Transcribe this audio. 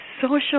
social